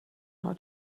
how